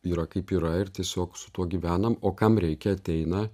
yra kaip yra ir tiesiog su tuo gyvenam o kam reikia ateina